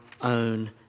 own